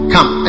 come